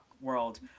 world